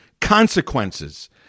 consequences